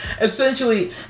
Essentially